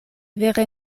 vere